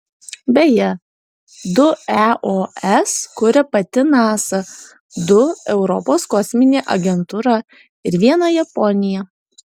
beje du eos kuria pati nasa du europos kosminė agentūra ir vieną japonija